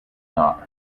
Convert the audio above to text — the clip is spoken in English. not